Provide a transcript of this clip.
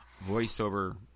voiceover